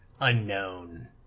unknown